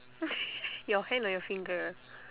your hand or your finger